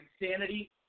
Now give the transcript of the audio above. insanity